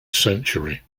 century